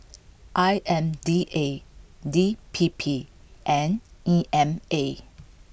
I M D A D P P and E M A